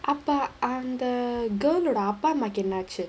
அப்ப அந்த:appa andha girl ஓட அப்ப அம்மாக்கு என்னாச்சு:oda appa ammaaku ennaachu